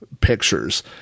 pictures